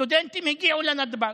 הסטודנטים הגיעו לנתב"ג,